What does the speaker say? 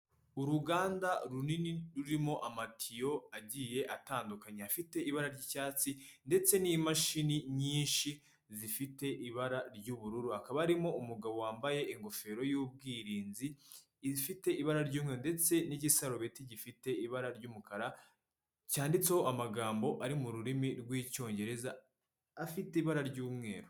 Uruganda runini rurimo amatiyo agiye atandukanye afite ibara ry'icyatsi, ndetse n'imashini nyinshi zifite ibara ry'ubururu akaba arimo umugabo wambaye ingofero y'ubwirinzi, ifite ibara ry'umweru ndetse n'igisarubeti gifite ibara ry'umukara cyanditseho amagambo ari mu rurimi rw'Icyongereza afite ibara ry'umweru.